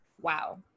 Wow